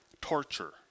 Torture